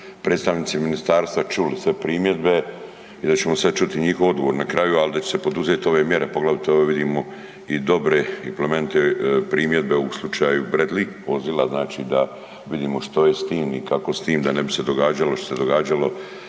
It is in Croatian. predstavnici ministarstva čuli sve primjedbe i da ćemo sad čuti njihov odgovor na kraju ali da će se poduzeti ove mjere poglavito evo vidimo i dobre i plemenite primjedbe u slučaju Bradley vozila, znači da vidimo što je s tim i kako s time, da ne bi se događalo što se događalo